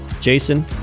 Jason